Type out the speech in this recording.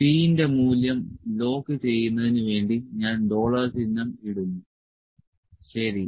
p ന്റെ മൂല്യം ലോക്കുചെയ്യുന്നതിന് വേണ്ടി ഞാൻ ഡോളർ ചിഹ്നം ഇടുന്നു ശരി